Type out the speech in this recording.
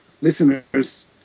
listeners